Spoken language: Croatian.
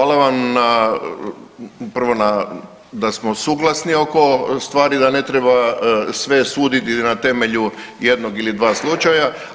Hvala vam upravo na da smo suglasni oko stvari, da ne treba sve suditi na temelju jednog ili dva slučaja.